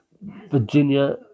Virginia